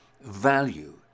value